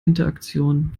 interaktion